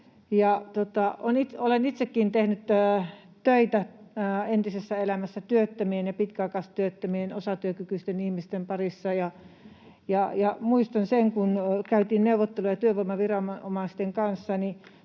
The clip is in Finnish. Olen itsekin tehnyt töitä entisessä elämässäni työttömien ja pitkäaikaistyöttömien, osatyökykyisten ihmisten parissa ja muistan sen, että kun käytiin neuvotteluja työvoimaviranomaisten kanssa,